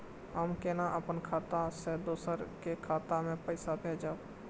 हम केना अपन खाता से दोसर के खाता में पैसा भेजब?